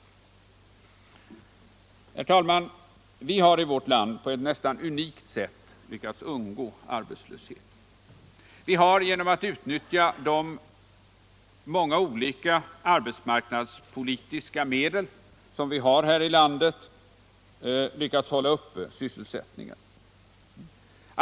Herr talman! Vi har i vårt land på ett nästan unikt sätt lyckats undgå arbetslöshet. Vi har genom att utnyttja de många arbetsmarknadspolitiska medel som vi har här i landet lyckats hålla uppe sysselsättningen.